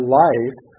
life